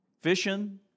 Fishing